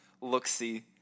look-see